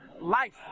life